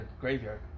graveyard